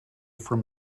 from